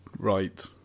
right